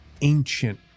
ancient